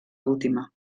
última